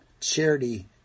Charity